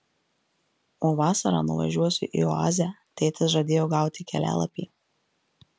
o vasarą nuvažiuosiu į oazę tėtis žadėjo gauti kelialapį